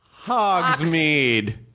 Hogsmeade